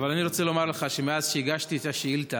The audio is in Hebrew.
אבל אני רוצה לומר לך שמאז שהגשתי את השאילתה,